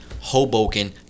Hoboken